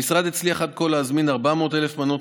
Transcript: עד כה המשרד הצליח להזמין 400,000 מנות